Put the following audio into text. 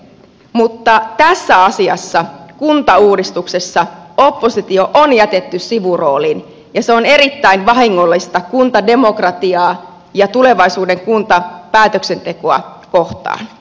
mutta tässä asiassa kuntauudistuksessa oppositio on jätetty sivurooliin ja se on erittäin vahingollista kuntademokratiaa ja tulevaisuuden kuntapäätöksentekoa kohtaan